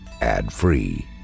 ad-free